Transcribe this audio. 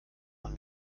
man